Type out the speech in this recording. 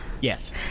Yes